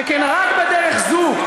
שכן רק בדרך זו,